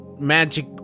magic